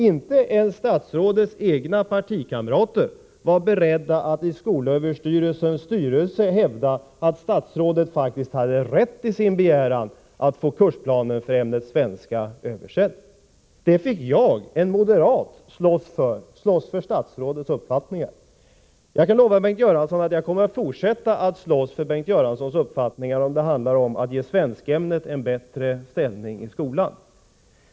Inte ens statsrådets egna partikamrater var beredda att i skolöverstyrelsens styrelse hävda att statsrådet faktiskt hade rätt i sin begäran att få kursplanen för ämnet svenska översedd. Jag — en moderat — fick slåss för statsrådets uppfattningar. Jag kan lova Bengt Göransson att jag kommer att fortsätta att slåss för Bengt Göranssons uppfattningar när det handlar om att ge svenskämnet en bättre ställning i skolan.